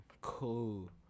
cool